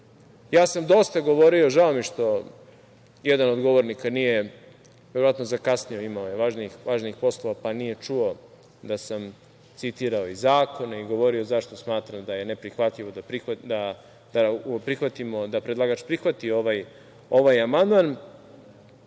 Ja sam dosta govorio i žao mi je što jedan od govornika nije, verovatno je zakasnio, imao je važnijih poslova pa nije čuo da sam citirao i zakone i govorio zašto smatram da je ne prihvatljivo da predlagač prihvati ovaj amandman.